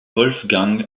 wolfgang